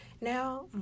now